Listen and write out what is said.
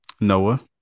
Noah